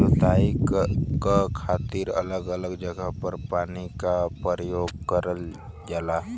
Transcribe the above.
जोताई क खातिर अलग अलग जगह पर पानी क परयोग करल जाला